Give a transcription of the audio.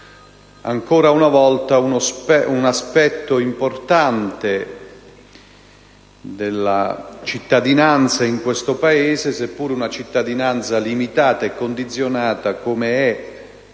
ancora una volta un aspetto importante della cittadinanza in questo Paese, seppure limitata e condizionata, come è